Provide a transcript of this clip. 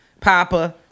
papa